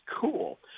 cool